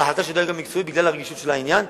בהחלטה של הדרג המקצועי בגלל רגישות העניין.